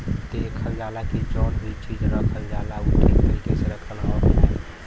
देखल जाला की जौन भी चीज रखल जाला उ ठीक तरीके से रखल हौ की नाही